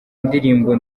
indirimbo